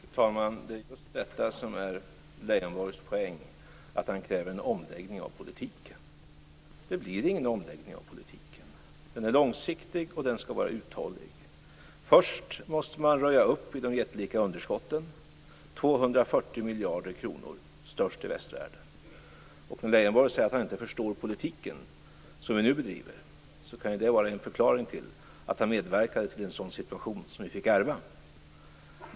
Fru talman! Det är just detta som är Leijonborgs poäng, att han kräver en omläggning av politiken. Det blir ingen omläggning av politiken. Den är långsiktig, och den skall vara uthållig. Först måste man röja upp i de jättelika underskotten - 240 miljarder kronor - störst i västvärlden. När Leijonborg säger att han inte förstår den politik som vi nu bedriver kan det ju vara en förklaring till att han medverkade till den situation som vi fick ärva.